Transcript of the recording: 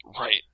Right